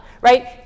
Right